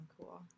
cool